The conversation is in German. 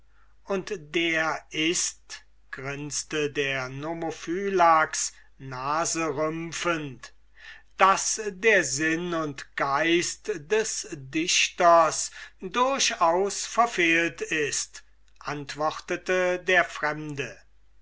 und der ist grinste der nomophylax naserümpfend daß der sinn und geist des dichters durchaus verfehlt ist antwortete der fremde